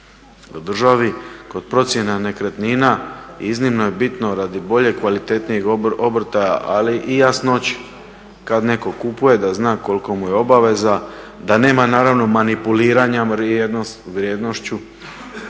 državi. Kod procjena nekretnina iznimno je bitno radi boljeg i kvalitetnijeg obrtaja ali i jasnoće kad netko kupuje da zna kolika mu je obaveza, da nema naravno manipuliranja vrijednošću.